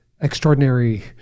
extraordinary